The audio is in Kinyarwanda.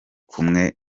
kumwe